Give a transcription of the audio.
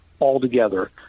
altogether